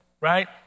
right